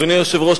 אדוני היושב-ראש,